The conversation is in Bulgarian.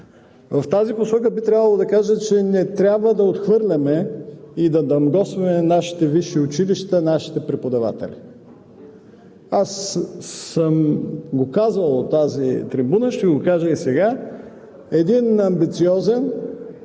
В тази посока би трябвало да кажа, че не трябва да отхвърляме и да дамгосваме нашите висши училища, нашите преподаватели. Казвал съм го от тази трибуна, ще Ви го кажа и сега. Един амбициозен,